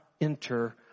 enter